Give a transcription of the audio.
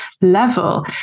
level